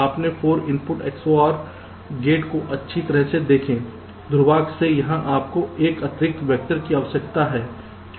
अपने 4 input XOR gate को अच्छी तरह से देखें दुर्भाग्य से यहाँ आपको 1 अतिरिक्त वेक्टर की आवश्यकता है क्यों